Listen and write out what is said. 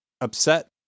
upset